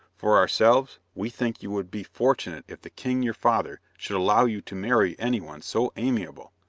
for ourselves, we think you would be fortunate if the king your father should allow you to marry anyone so amiable.